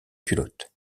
culotte